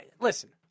listen